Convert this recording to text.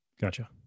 gotcha